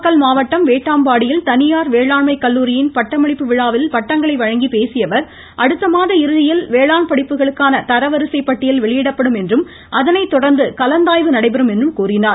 நாமக்கல் மாவட்டம் வேட்டாம்பாடியில் தனியார் வேளாண்மை கல்லூரியின் பட்டமளிப்பு விழாவில் பட்டங்களை வழங்கி பேசிய அவர் அடுத்த மாத இறுதியில் வேளாண் படிப்புகளுக்கான தர வரிசை பட்டியல் வெளியிடப்படும் என்றும் அதனை தொடர்ந்து கலந்தாய்வு நடைபெறும் என கூறினார்